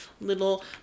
little